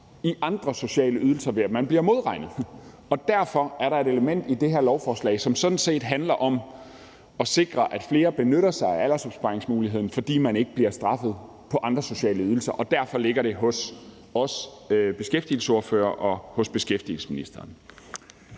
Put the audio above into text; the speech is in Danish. i andre sociale ydelser, ved at man bliver modregnet. Derfor er der et element i det her lovforslag, som sådan set handler om at sikre, at flere benytter sig af aldersopsparingsmuligheden, fordi man ikke bliver straffet i andre sociale ydelser, og derfor ligger det hos os beskæftigelsesordførere og hos beskæftigelsesministeren.